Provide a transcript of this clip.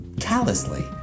callously